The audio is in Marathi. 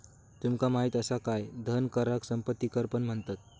तुमका माहित असा काय धन कराक संपत्ती कर पण म्हणतत?